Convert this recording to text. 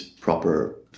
proper